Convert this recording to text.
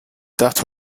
that